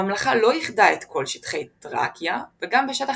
הממלכה לא איחדה את כל שטחי תראקיה וגם בשטח